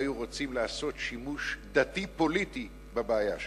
היו רוצים לעשות שימוש דתי-פוליטי בבעיה שלה.